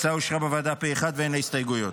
ההצעה אושרה בוועדה פה אחד ואין לה הסתייגויות.